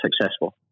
successful